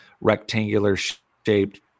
rectangular-shaped